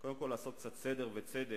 קודם כול לעשות קצת סדר וצדק,